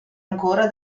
ancora